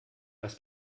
was